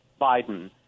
Biden